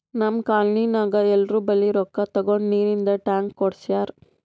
ನಮ್ ಕಾಲ್ನಿನಾಗ್ ಎಲ್ಲೋರ್ ಬಲ್ಲಿ ರೊಕ್ಕಾ ತಗೊಂಡ್ ನೀರಿಂದ್ ಟ್ಯಾಂಕ್ ಕುಡ್ಸ್ಯಾರ್